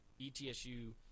ETSU –